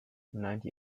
ninety